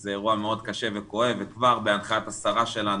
שזה אירוע מאוד קשה וכואב וכבר בהנחיית השרה שלנו,